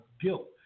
guilt